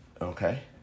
okay